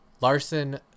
Larson